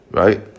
right